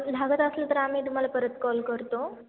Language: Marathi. लागत असेल तर आम्ही तुम्हाला परत कॉल करतो